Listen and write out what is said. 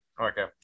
okay